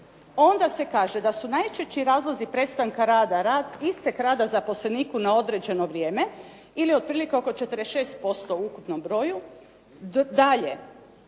onda se kaže da su najčešći razlozi prestanka rada istek rada zaposleniku na određeno vrijeme ili otprilike oko 46% u ukupnom broju. Dalje,